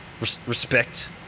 respect